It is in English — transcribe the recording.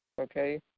okay